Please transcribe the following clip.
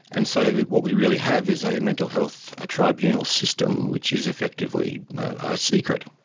and so what we really have is a mental health ah tribunal system which is effectively ah secret.